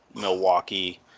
Milwaukee